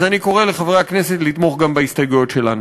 אז אני קורא לחברי הכנסת לתמוך גם בהסתייגויות שלנו.